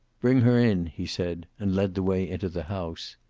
bring her in, he said, and led the way into the house.